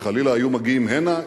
כי חלילה היו מגיעים הנה,